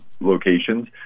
locations